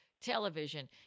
television